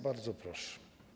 Bardzo proszę.